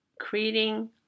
creating